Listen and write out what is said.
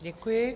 Děkuji.